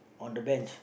on the bench